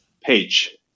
page